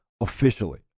officially